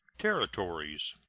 territories.